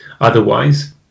otherwise